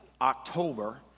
October